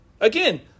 Again